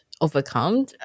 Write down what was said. overcome